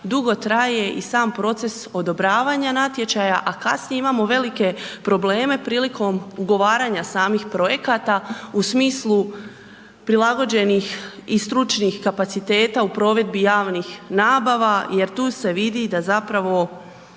dugo traje i sam proces odobravanja natječaja, a kasnije imamo velike probleme prilikom ugovaranja samih projekata u smislu prilagođenih i stručnih kapaciteta u provedbi javnih nabava jer tu se vidi da zapravo